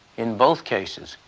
in both cases,